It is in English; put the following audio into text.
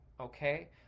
okay